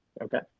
Okay